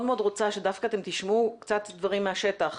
מאוד רוצה שדווקא אתם תשמעו קצת דברים מהשטח,